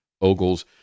Ogles